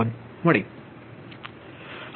452 એકમ